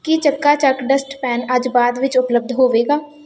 ਕੀ ਚੱਕਾ ਚੱਕ dust pan ਅੱਜ ਬਾਅਦ ਵਿੱਚ ਉਪਲਬਧ ਹੋਵੇਗਾ